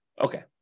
Okay